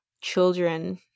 children